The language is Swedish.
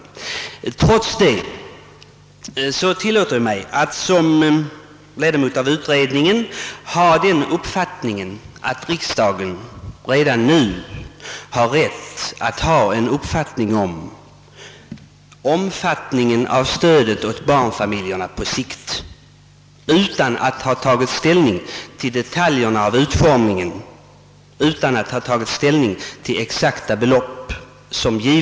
Men trots detta tillåter jag mig att ha den uppfattningen att riksdagen redan nu har rätt att ha en åsikt rörande barnfamiljernas standardeftersläpning — alltså utan att ha tagit ställning till detaljerna i utformningen av stödet eller till de exakta beloppen på längre sikt.